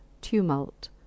tumult